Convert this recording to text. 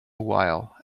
while